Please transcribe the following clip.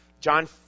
John